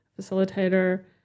facilitator